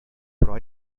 però